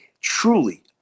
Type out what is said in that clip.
truly